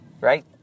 right